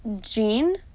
Jean